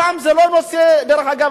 דרך אגב,